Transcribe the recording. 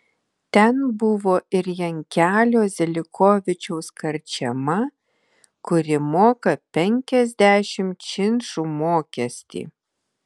ten buvo ir jankelio zelikovičiaus karčema kuri moka penkiasdešimt činšų mokestį